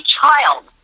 child